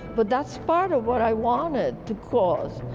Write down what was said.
but that's part of what i wanted to cause.